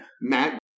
Matt